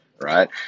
Right